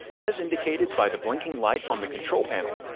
as indicated by the blinking light on the control panel,